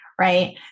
right